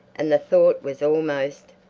and the thought was almost,